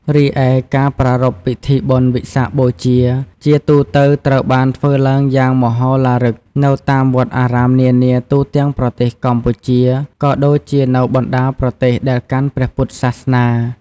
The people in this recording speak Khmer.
រីឯការប្រារព្ធពិធីបុណ្យវិសាខបូជា ជាទូទៅត្រូវបានធ្វើឡើងយ៉ាងមហោឡារឹកនៅតាមវត្តអារាមនានាទូទាំងប្រទេសកម្ពុជា ក៏ដូចជានៅបណ្ដាប្រទេសដែលកាន់ព្រះពុទ្ធសាសនា។